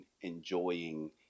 enjoying